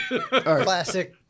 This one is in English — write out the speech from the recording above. classic